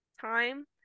time